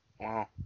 Wow